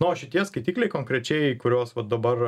na o šitie skaitikliai konkrečiai kuriuos va dabar